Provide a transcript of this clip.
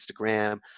Instagram